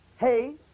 Hey